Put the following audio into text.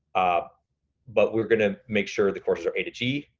ah but we're gonna make sure the courses are ag.